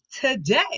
today